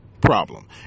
problem